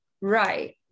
right